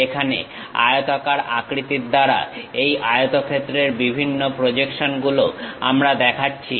এখানে আয়তাকার আকৃতির দ্বারা এই আয়তক্ষেত্রের বিভিন্ন প্রজেকশন গুলো আমরা দেখাচ্ছি